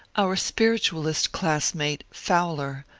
our spiritoalist classmate. fowler,